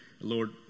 Lord